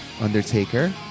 Undertaker